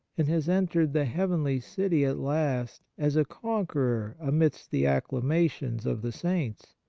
and has entered the heavenly city at last as a conqueror amidst the acclamations of the saints,